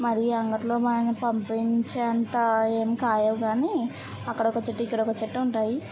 మరి అంగట్లో మనం పంపించే అంత ఏం కాయవుకాని అక్కడొక చెట్టు ఇక్కడొక చెట్టు ఉంటాయి